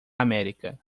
américa